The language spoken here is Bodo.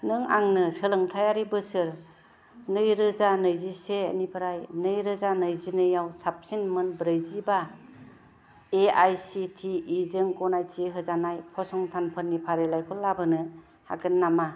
नों आंनो सोलोंथायारि बोसोर नैरोजा नैजि से निफ्राय नैरोजा नैजिनैआव साबसिन मोन ब्रैजि बा A I C T E जों गनायथि होजानाय फसंथानफोरनि फारिलाइखौ लाबोनो हागोन नामा